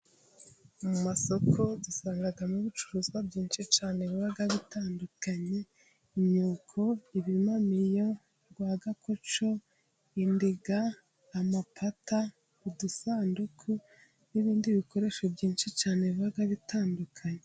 Mu masoko dusangamo ibicuruzwa byinshi cyane biba bitandukanye: imyuko, ibimamiyo ,rwagakoco, indiga, amapata, udusanduku n'ibindi bikoresho byinshi cyane biba bitandukanye.